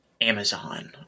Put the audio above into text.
Amazon